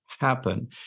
happen